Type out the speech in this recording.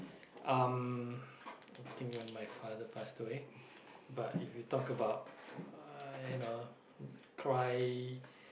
um I think when my father passed away but if you talk about uh you know cry